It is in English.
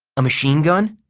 a machine gun?